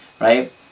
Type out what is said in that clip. right